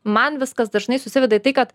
man viskas dažnai susiveda į tai kad